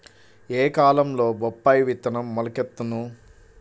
ఏ కాలంలో బొప్పాయి విత్తనం మొలకెత్తును?